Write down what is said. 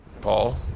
Paul